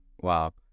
wow